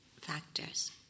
factors